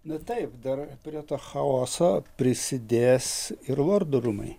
nu taip dar prie to chaoso prisidės ir lordų rūmai